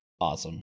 Awesome